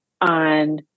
on